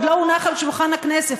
עוד לא הונח על שולחן הכנסת,